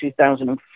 2004